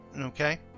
Okay